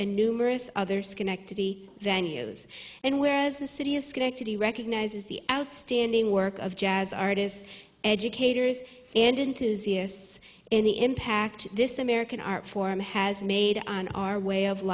and numerous other schenectady venues and whereas the city of schenectady recognizes the outstanding work of jazz artists educators and into this in the impact this american art form has made on our way of